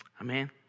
Amen